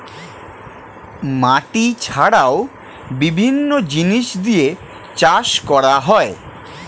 মাটি ছাড়াও বিভিন্ন জিনিস দিয়ে চাষ করা হয়